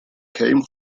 came